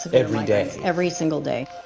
every day. every single day,